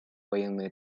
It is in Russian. военные